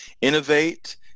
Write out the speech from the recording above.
innovate